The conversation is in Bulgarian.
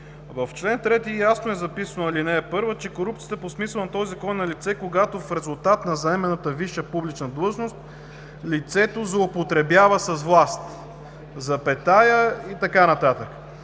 3, ал. 1 ясно е записано, че корупцията по смисъла на този Закон е налице, когато в резултат на заеманата висша публична длъжност, лицето злоупотребява с власт и така нататък.